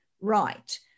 right